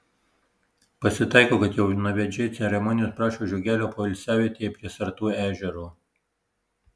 pasitaiko kad jaunavedžiai ceremonijos prašo žiogelio poilsiavietėje prie sartų ežero